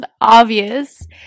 obvious